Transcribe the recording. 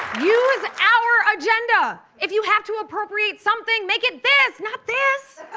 use our agenda. if you have to appropriate something, make it this, not this.